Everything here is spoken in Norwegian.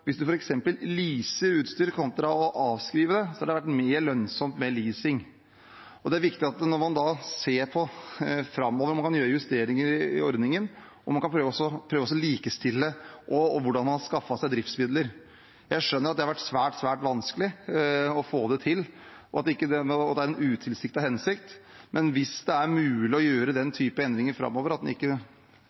hvis man f.eks. leaser utstyr kontra å avskrive det, har det vært mer lønnsomt med leasing. Det er viktig når man framover ser på om man kan gjøre justeringer i ordningen, om man kan prøve å likestille hvordan man har skaffet seg driftsmidler. Jeg skjønner at det har vært svært vanskelig å få det til, og at det er en utilsiktet hensikt, men hvis det er mulig å gjøre den typen endringer framover at en ikke